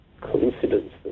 coincidence